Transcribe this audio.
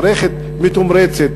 מערכת מתומרצת,